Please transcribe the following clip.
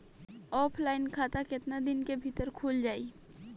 Offline खाता केतना दिन के भीतर खुल जाई?